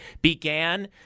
began